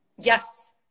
Yes